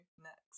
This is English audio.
next